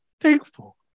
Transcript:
thankful